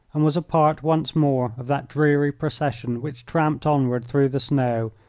and was a part once more of that dreary procession which tramped onward through the snow,